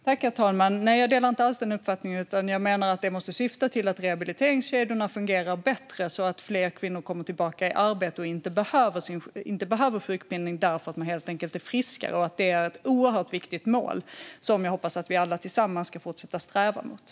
Herr talman! Jag delar inte alls den uppfattningen, utan jag menar att de måste syfta till att rehabiliteringskedjorna ska fungera bättre så att fler kvinnor kommer tillbaka i arbete och inte behöver sjukpenning därför att de helt enkelt är friska. Det är ett oerhört viktigt mål, som jag hoppas att vi alla tillsammans ska fortsätta att sträva efter.